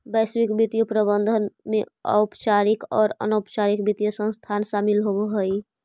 वैश्विक वित्तीय प्रबंधन में औपचारिक आउ अनौपचारिक वित्तीय संस्थान शामिल होवऽ हई